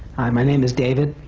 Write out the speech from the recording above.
hi, my name is david.